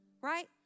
right